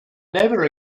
never